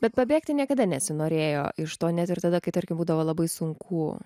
bet pabėgti niekada nesinorėjo iš to net ir tada kai tarkim būdavo labai sunku